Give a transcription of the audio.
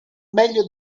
meglio